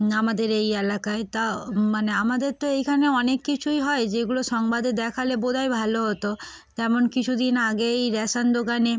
আমাদের এই এলাকায় তা মানে আমাদের তো এইখানে অনেক কিছুই হয় যেগুলো সংবাদে দেখালে বোধহয় ভালো হতো যেমন কিছুদিন আগে এই রেশন দোকানে